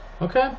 Okay